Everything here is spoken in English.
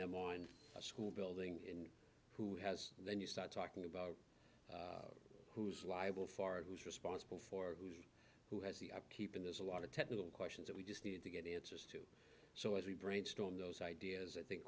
them on a school building in who has then you start talking about who's liable for who's responsible for who's who has the upkeep and there's a lot of technical questions that we just need to get answers to so as we brainstorm those ideas i think